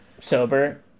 sober